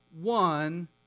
one